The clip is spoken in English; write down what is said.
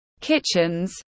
kitchens